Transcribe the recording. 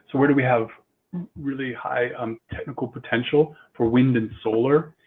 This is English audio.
so where do we have really high um technical potential for wind and solar?